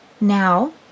Now